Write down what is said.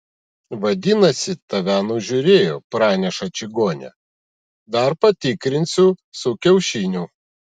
vadinasi tave nužiūrėjo praneša čigonė dar patikrinsiu su kiaušiniu